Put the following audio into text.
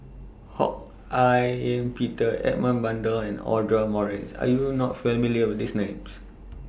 Ho Hak Ean Peter Edmund Blundell and Audra Morrice Are YOU not familiar with These Names